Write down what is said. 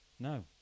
No